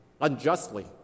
unjustly